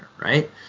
right